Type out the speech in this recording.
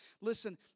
Listen